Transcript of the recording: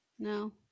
No